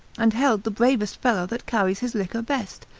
and held the bravest fellow that carries his liquor best,